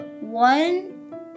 one